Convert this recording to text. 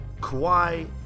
Kawhi